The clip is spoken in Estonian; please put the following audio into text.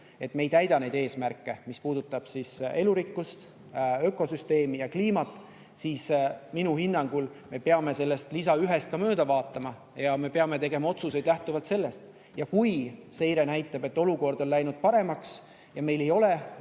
et me ei täida neid eesmärke, mis puudutab elurikkust, ökosüsteemi ja kliimat, siis minu hinnangul me peame sellest lisast nr 1 mööda vaatama ja peame tegema otsuseid lähtuvalt sellest. Kui aga seire näitab, et olukord on läinud paremaks ja meil ei ole